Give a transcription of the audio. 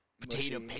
potato